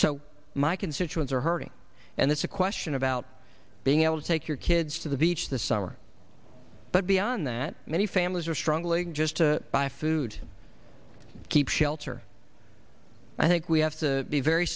so my constituents are hurting and that's a question about being able to take your kids to the beach this summer but beyond that many families are struggling just to buy food and keep shelter i think we have to be very